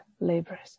laborers